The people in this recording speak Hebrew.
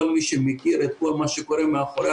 כל מי שמכיר את כל מה שקורה מאחורי